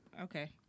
Okay